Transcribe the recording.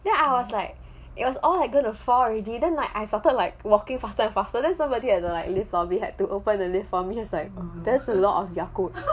then I was like it was all like going to fall already then I started like walking faster and faster that's somebody at the lift lobby had to open the lift for me like that's a lot of yakult